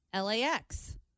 LAX